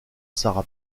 sara